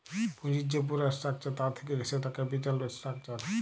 পুঁজির যে পুরা স্ট্রাকচার তা থাক্যে সেটা ক্যাপিটাল স্ট্রাকচার